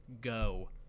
Go